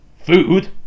food